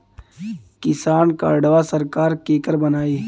किसान कार्डवा सरकार केकर बनाई?